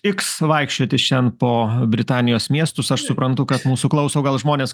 iks vaikščioti šian po britanijos miestus aš suprantu kad mūsų klauso o gal žmonės